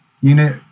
unit